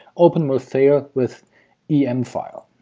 open will fail with emfile